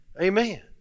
Amen